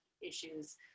issues